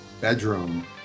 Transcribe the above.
bedroom